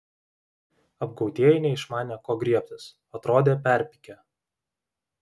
apgautieji neišmanė ko griebtis atrodė perpykę